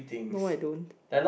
no I don't